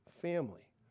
family